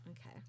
Okay